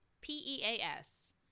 P-E-A-S